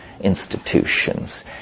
institutions